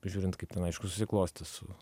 žiūrint kaip ten aišku susiklostys su